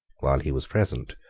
while he was present,